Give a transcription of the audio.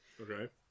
Okay